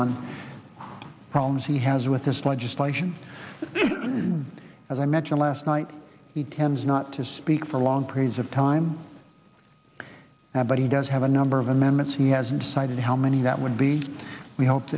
the problems he has with this legislation as i mentioned last night he tends not to speak for long periods of time now but he does have a number of amendments he hasn't decided how many that would be we hope